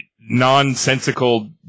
Nonsensical